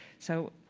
so